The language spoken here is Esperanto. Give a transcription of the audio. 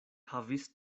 havis